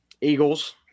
Eagles